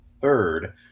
third